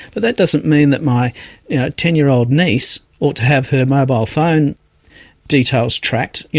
but that doesn't mean that my ten-year-old niece ought have her mobile phone details tracked, you